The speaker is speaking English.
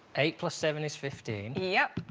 eight plus seven is fifteen. yep,